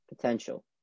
Potential